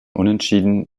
unentschieden